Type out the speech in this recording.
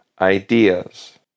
ideas